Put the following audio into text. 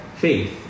Faith